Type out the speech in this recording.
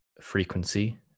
frequency